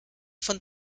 von